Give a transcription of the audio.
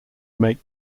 make